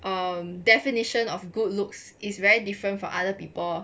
um definition of good looks is very different from other people